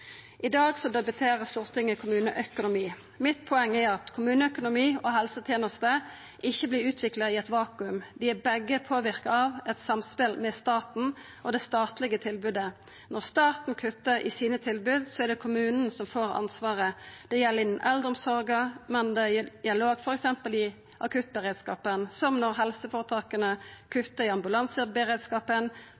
I dag debatterer Stortinget kommuneøkonomi. Mitt poeng er at kommuneøkonomi og helsetenester ikkje vert utvikla i eit vakuum. Dei er begge påverka av eit samspel med staten og det statlege tilbodet. Når staten kuttar i sine tilbod, er det kommunen som får ansvaret. Det gjeld innanfor eldreomsorga, men det gjeld òg i f.eks. akuttberedskapen, som når helseføretaka